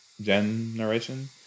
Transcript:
generation